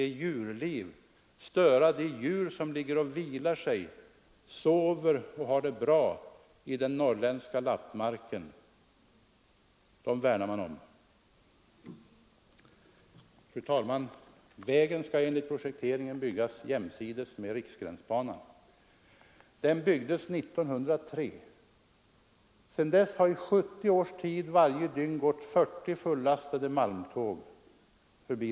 Ett av huvudskälen är att man kan störa de djur som ligger och vilar sig, sover och har det bra i den norrländska lappmarken. Dem värnar man om. Fru talman! Vägen skall enligt projekteringen byggas jämsides med Riksgränsbanan. Denna byggdes 1903. Sedan dess har det under 70 år dagligen gått 40 fullastade malmtåg förbi.